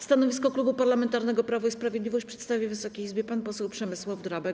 Stanowisko Klubu Parlamentarnego Prawo i Sprawiedliwość przedstawi Wysokiej Izbie pan poseł Przemysław Drabek.